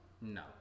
No